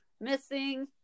missing